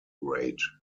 rate